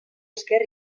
esker